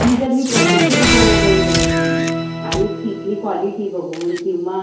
ही जर मी प्रत्यक्ष दुकानात जाऊन बघितली आणि तिथली क्वालिटी बघून किंवा